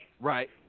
Right